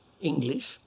English